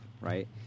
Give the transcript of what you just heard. right